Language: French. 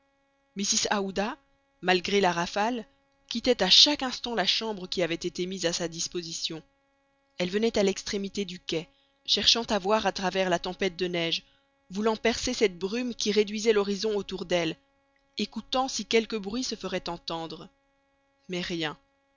aouda malgré la rafale quittait à chaque instant la chambre qui avait été mise à sa disposition elle venait à l'extrémité du quai cherchant à voir à travers la tempête de neige voulant percer cette brume qui réduisait l'horizon autour d'elle écoutant si quelque bruit se ferait entendre mais rien